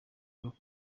kibuga